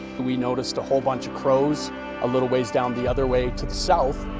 we noticed a whole bunch of crows a little ways down the other way to the south.